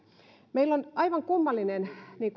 meillä on aivan kummallinen